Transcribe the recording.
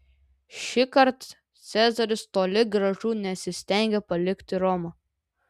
šįkart cezaris toli gražu nesistengė palikti romą